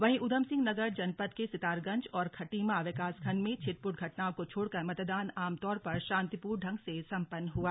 वहीं ऊधमसिंह नगर जनपद के सितारगंज व खटीमा विकासखंड छिटपुट घटनाओं को छोड़कर मतदान आमतौर पर शांतिपूर्ण ढंग से संपन्न हुआ